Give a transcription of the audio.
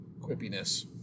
quippiness